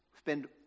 spend